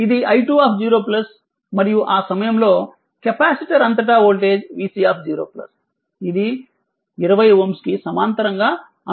ఇది i20 మరియు ఆ సమయంలో కెపాసిటర్ అంతటా వోల్టేజ్ vC0 ఇది 20Ω కి సమాంతరంగా అనుసంధానించబడి ఉంటుంది